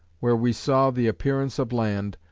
where we saw the appearance of land,